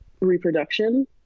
reproduction